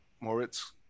Moritz